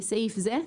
(ג1)בסעיף זה,